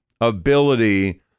ability